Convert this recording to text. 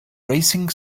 racing